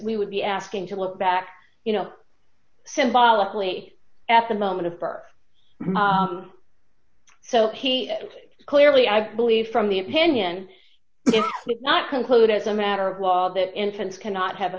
we would be asking to look back you know symbolically at the moment of birth so clearly i believe from the opinion if not code as a matter of law that infants cannot have a